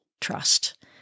trust